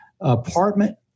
apartment